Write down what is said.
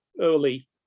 early